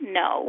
no